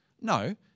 no